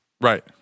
Right